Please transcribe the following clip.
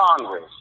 Congress